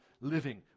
living